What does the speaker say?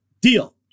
deal